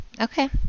Okay